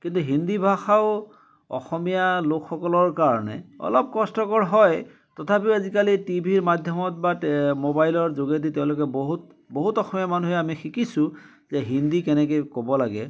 কিন্তু হিন্দী ভাষাও অসমীয়া লোকসকলৰ কাৰণে অলপ কষ্টকৰ হয় তথাপিও আজিকালি টিভিৰ মাধ্যমত বা মোবাইলৰ যোগেদি তেওঁলোকে বহুত বহুত অসমীয়া মানুহে আমি শিকিছোঁ যে হিন্দী কেনেকৈ ক'ব লাগে